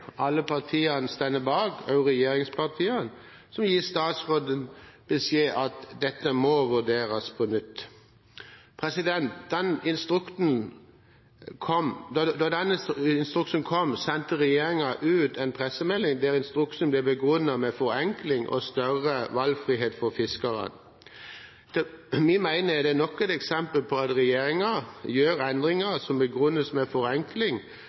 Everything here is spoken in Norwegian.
alle partiene står bak, også regjeringspartiene – som gir statsråden beskjed om at dette må vurderes på nytt. Da instruksen kom, sendte regjeringen ut en pressemelding der instruksen ble begrunnet med forenkling og større valgfrihet for fiskerne. Etter min mening er det nok et eksempel på at regjeringen gjør endringer som begrunnes med forenkling,